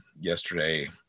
yesterday